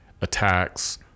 attacks